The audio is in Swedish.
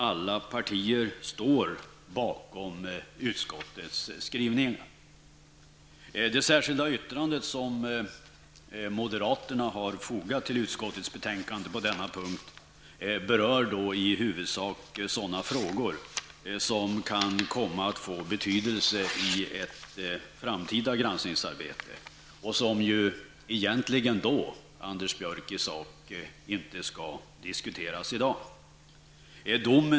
Alla partier står bakom utskottets skrivning. Det särskilda yttrande som moderaterna har fogat till utskottets betänkande på denna punkt berör i huvudsak sådana frågor som kan komma att få betydelse i ett framtida granskningsarbete och som egentligen, Anders Björck, då i sak inte skall diskuteras i dag.